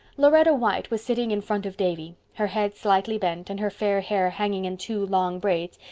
lauretta white was sitting in front of davy, her head slightly bent and her fair hair hanging in two long braids,